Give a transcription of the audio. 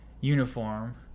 Uniform